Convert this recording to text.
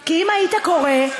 כי אם היית קורא,